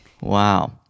wow